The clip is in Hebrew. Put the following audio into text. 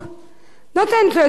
נותנת לו את השתייה,